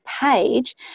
page